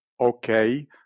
okay